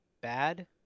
bad